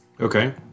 Okay